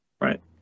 Right